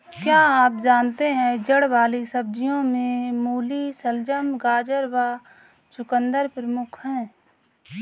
क्या आप जानते है जड़ वाली सब्जियों में मूली, शलगम, गाजर व चकुंदर प्रमुख है?